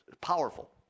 powerful